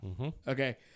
Okay